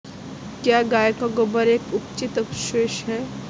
क्या गाय का गोबर एक अपचित अवशेष है?